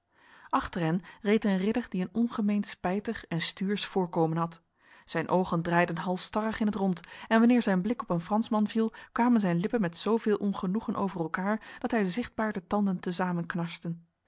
hen reed een ridder die een ongemeen spijtig en stuurs voorkomen had zijn ogen draaiden halsstarrig in het rond en wanneer zijn blik op een fransman viel kwamen zijn lippen met zoveel ongenoegen over elkaar dat hij zichtbaar de tanden